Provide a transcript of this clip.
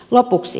lopuksi